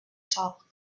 talk